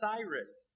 Cyrus